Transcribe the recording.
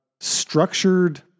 structured